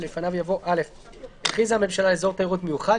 ולפניו יבוא: "(א)הכריזה הממשלה על אזור תיירות מיוחד,